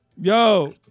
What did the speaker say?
Yo